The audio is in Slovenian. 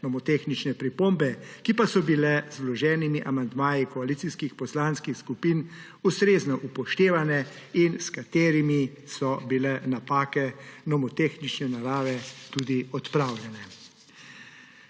nomotehnične pripombe, ki pa so bile z vloženimi amandmaji koalicijskih poslanskih skupin ustrezno upoštevane in s katerimi so bile napake nomotehnične narave tudi odpravljene.